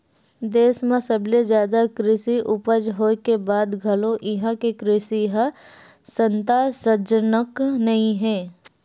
देस म सबले जादा कृषि उपज होए के बाद घलो इहां के कृषि ह संतासजनक नइ हे